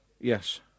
Yes